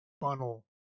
funnel